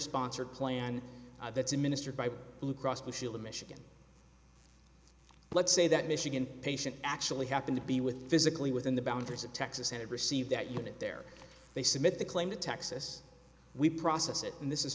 sponsored plan that's administered by blue cross blue shield of michigan let's say that michigan patient actually happened to be with physically within the boundaries of texas and received that unit there they submit the claim to texas we process it and this